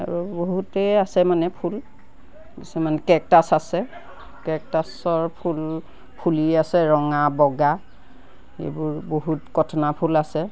আৰু বহুতেই আছে মানে ফুল কিছুমান কেকটাছ আছে কেকটাছৰ ফুল ফুলি আছে ৰঙা বগা এইবোৰ বহুত কথনা ফুল আছে